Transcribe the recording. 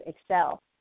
excel